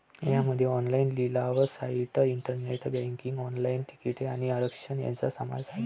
यामध्ये ऑनलाइन लिलाव site, internet banking, online तिकिटे आणि आरक्षण यांचा समावेश आहे